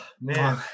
man